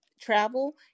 travel